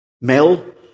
Mel